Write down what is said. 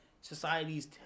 society's